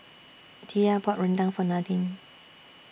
Diya bought Rendang For Nadine